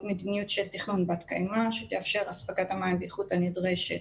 מדיניות של תכנון בת קיימה שתאפשר אספקת המים באיכות הנדרשת,